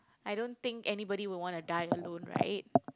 I don't think anybody will want to die alone right